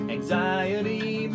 Anxiety